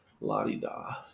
la-di-da